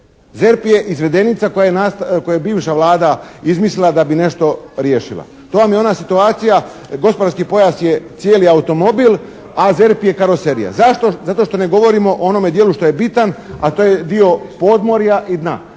ZERP je izvedenica koja je bivša Vlada izmislila da bi nešto riješila. To vam je ona situacija, gospodarski pojas je cijeli automobil, a ZERP je karoserija. Zašto? Zato što ne govorimo o onome dijelu što je bitan a to je dio podmorja i dna.